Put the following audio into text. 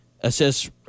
Assess